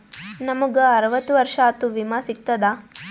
ನಮ್ ಗ ಅರವತ್ತ ವರ್ಷಾತು ವಿಮಾ ಸಿಗ್ತದಾ?